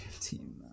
team